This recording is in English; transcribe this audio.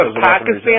Pakistan